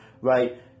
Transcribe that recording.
right